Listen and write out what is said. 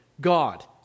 God